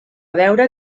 veure